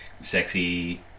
sexy